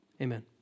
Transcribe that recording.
Amen